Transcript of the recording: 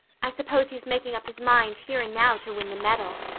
i suppose he's making up his mind, here and now, to win the medal.